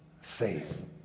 faith